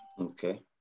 Okay